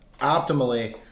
optimally